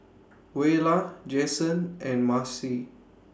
Buelah Jasen and Marcie